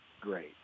great